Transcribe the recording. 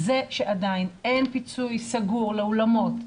זה שעדיין אין פיצוי סגור לאולמות,